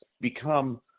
become